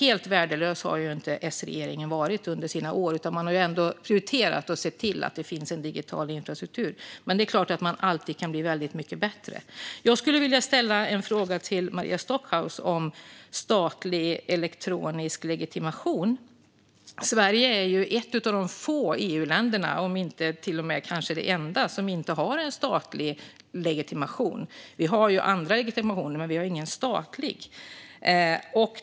Helt värdelös var alltså inte S-regeringen under sina år. Man prioriterade att se till att det finns en digital infrastruktur. Men det är klart att man alltid kan bli väldigt mycket bättre. Jag skulle vilja ställa en fråga till Maria Stockhaus om statlig elektronisk legitimation. Sverige är ett av de få EU-länder - kanske till och med det enda - som inte har en statlig e-legitimation. Vi har andra sådana legitimationer, men ingen statlig.